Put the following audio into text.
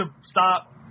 stop